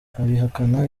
abihakana